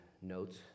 notes